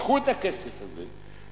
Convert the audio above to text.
תיקחו את הכסף הזה,